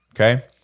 Okay